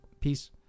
Peace